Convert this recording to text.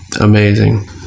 amazing